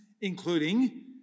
including